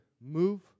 move